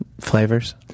Flavors